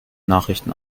nachrichten